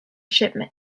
shipment